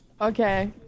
Okay